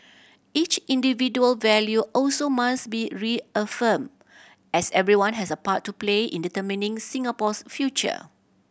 each individual value also must be reaffirmed as everyone has a part to play in determining Singapore's future